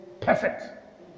perfect